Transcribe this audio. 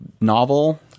novel